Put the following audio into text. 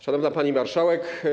Szanowna Pani Marszałek!